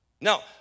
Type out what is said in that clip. Now